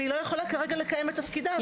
והיא לא יכולה כרגע לקיים את תפקידה.